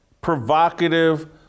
provocative